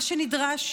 מה שנדרש